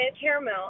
caramel